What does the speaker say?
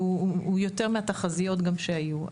הוא יותר מהתחזיות גם שהיו.